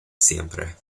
siempre